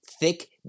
thick